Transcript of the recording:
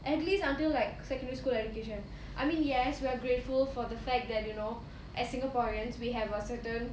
at least until like secondary school education I mean yes we're grateful for the fact that you know as singaporeans we have a certain